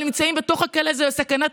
אבל הם נמצאים בתוך הכלא הזה בסכנת